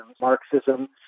Marxism